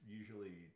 usually